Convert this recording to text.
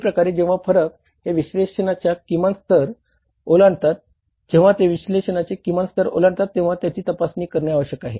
दोन्ही प्रकारे जेव्हा फरक हे विश्लेषणाची किमान स्तर ओलांडतात जेव्हा ते विश्लेषणाची किमान स्तर ओलांडतात तेव्हा त्यांची तपासणी करणे आवश्यक आहे